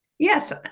Yes